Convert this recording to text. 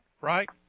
Right